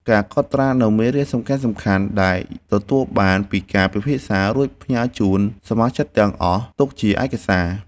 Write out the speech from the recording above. ការកត់ត្រានូវមេរៀនសំខាន់ៗដែលទទួលបានពីការពិភាក្សា រួចផ្ញើជូនសមាជិកទាំងអស់ទុកជាឯកសារ។